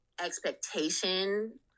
expectation